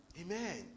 Amen